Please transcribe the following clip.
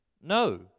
No